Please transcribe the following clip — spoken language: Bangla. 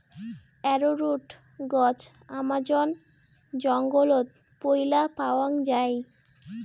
অ্যারোরুট গছ আমাজন জঙ্গলত পৈলা পাওয়াং যাই